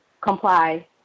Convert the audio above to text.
comply